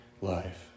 life